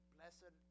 Blessed